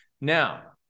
Now